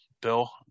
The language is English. Bill